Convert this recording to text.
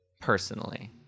Personally